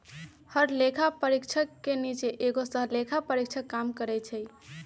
हर लेखा परीक्षक के नीचे एगो सहलेखा परीक्षक काम करई छई